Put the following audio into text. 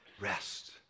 Rest